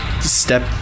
step